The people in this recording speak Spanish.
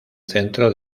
centro